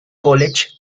college